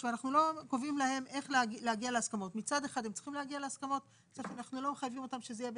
רכיב מענק מצוינות בשיעור